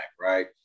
right